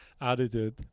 attitude